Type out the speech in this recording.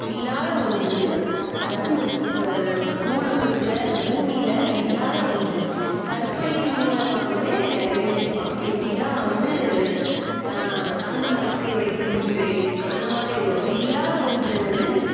இல்லாத ஒன்று அதாவது இந்த பூலோகத்தில் இந்த பூமியில் இல்லாத ஒன்று கற்பனையின் மூலமாகவே எழுதியிருப்பாங்க எப்படின்னா வந்து தங்கம் றெக்கை வைத்த குதிரை அந்த மாதிரி எழுதுவாங்க இல்லாத ஒன்றை வந்து